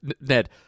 Ned